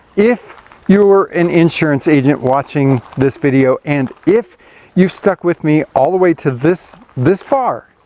if you're an insurance agent watching this video, and if you've stuck with me all the way to this, this far,